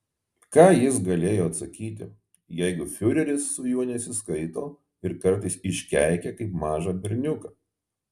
ką jis galėjo atsakyti jeigu fiureris su juo nesiskaito ir kartais iškeikia kaip mažą berniuką